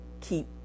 keep